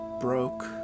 broke